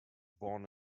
born